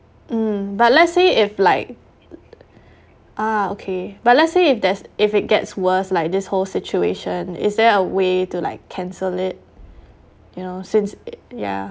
mm but let say if like ah okay but let say if there's if it gets worse like this whole situation is there a way to like cancel it you know since it ya